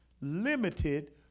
Limited